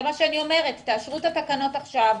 זה מה שאני אומרת תאשרו את התקנות עכשיו,